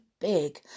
big